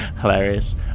Hilarious